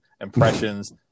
impressions